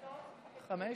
חמש?